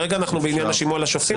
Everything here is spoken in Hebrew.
כרגע אנחנו בעניין השימוע לשופטים.